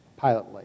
pilotly